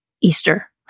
easter